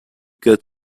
got